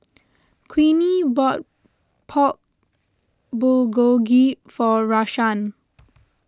Queenie bought Pork Bulgogi for Rashaan